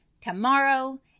tomorrow